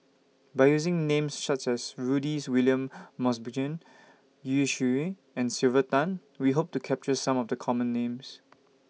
By using Names such as Rudys William Mosbergen Yu and Sylvia Tan We Hope to capture Some of The Common Names